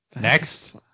Next